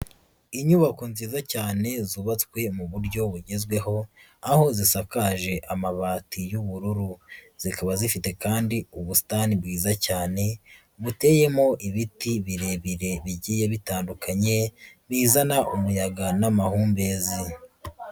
Inyubako nziza cyane zubatswe mu buryo bugezweho, aho zisakaje amabati y'ubururu, zikaba zifite kandi ubusitani bwiza cyane buteyemo ibiti birebire bigiye bitandukanye bizana umuyaga n'amahumbezi.